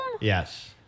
Yes